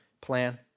plan